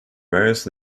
various